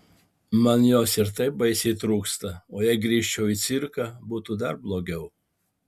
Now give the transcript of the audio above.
man jos ir taip baisiai trūksta o jei grįžčiau į cirką būtų dar blogiau